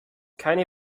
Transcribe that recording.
keine